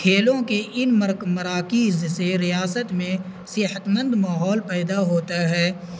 کھیلوں کے ان مر مراکز سے ریاست میں صحت مند ماحول پیدا ہوتا ہے